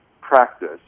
practice